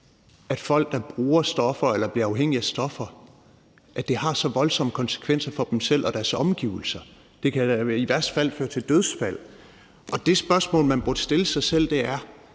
for folk, der bruger stoffer eller bliver afhængige af stoffer, har så voldsomme konsekvenser for dem selv og deres omgivelser. Det kan da i værste fald føre til dødsfald. Det spørgsmål, man burde stille sig selv, er: